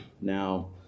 now